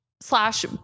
slash